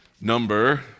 number